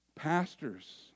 Pastors